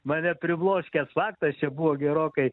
mane pribloškęs faktas čia buvo gerokai